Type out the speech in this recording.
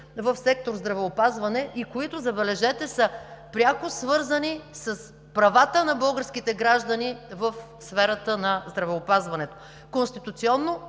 в сектор „Здравеопазване“ и които, забележете, са пряко свързани с правата на българските граждани в сферата на здравеопазването. Конституционно